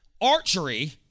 archery